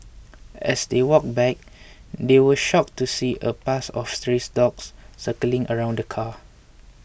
as they walked back they were shocked to see a pack of stray dogs circling around the car